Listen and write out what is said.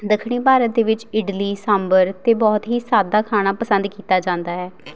ਦੱਖਣੀ ਭਾਰਤ ਦੇ ਵਿੱਚ ਇਡਲੀ ਸਾਂਬਰ ਅਤੇ ਬਹੁਤ ਹੀ ਸਾਦਾ ਖਾਣਾ ਪਸੰਦ ਕੀਤਾ ਜਾਂਦਾ ਹੈ